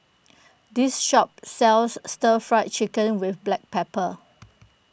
this shop sells Stir Fried Chicken with Black Pepper